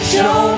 Show